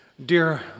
Dear